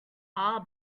are